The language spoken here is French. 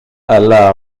alla